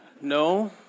no